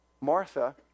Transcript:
Martha